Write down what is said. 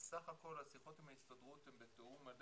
בסך הכול השיחות עם ההסתדרות הן בתיאום מלא